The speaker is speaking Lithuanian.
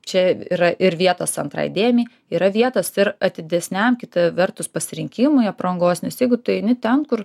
čia yra ir vietos antrai dėmei yra vietos ir atidesniam kita vertus pasirinkimui aprangos nes jeigu tu eini ten kur